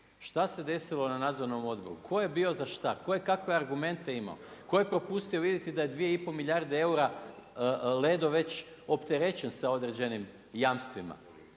Šta se desilo na Nadzornom odboru? Tko je bio za šta? Tko je kakve argumente imao? Tko je propustio vidjeti da 2 i pol milijarde eura Ledo već opterećen sa određenim jamstvima?